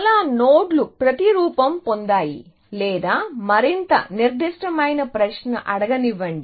చాలా నోడ్లు ప్రతిరూపం పొందాయి లేదా మరింత నిర్దిష్టమైన ప్రశ్న అడగనివ్వండి